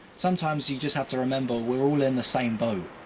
sometimes you just have to remember we're all in the same boat,